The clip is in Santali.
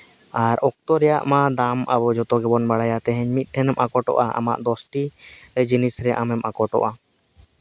ᱟᱨ ᱚᱠᱛᱚ ᱨᱮᱭᱟᱜ ᱢᱟ ᱫᱟᱢ ᱟᱵᱚ ᱡᱚᱛᱚ ᱜᱮᱵᱚᱱ ᱵᱟᱲᱟᱭᱟ ᱛᱮᱦᱤᱧ ᱢᱤᱫ ᱴᱷᱮᱱ ᱮᱢ ᱟᱠᱚᱴᱚᱜᱼᱟ ᱟᱢᱟᱜ ᱫᱚᱥᱴᱤ ᱡᱤᱱᱤᱥ ᱨᱮ ᱟᱢᱮᱢ ᱟᱠᱚᱴᱚᱜᱼᱟ